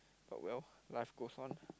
but well life goes on